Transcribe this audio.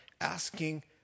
asking